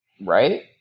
right